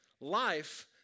Life